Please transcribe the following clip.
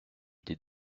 des